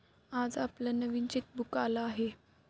आज आपलं नवीन चेकबुक आलं आहे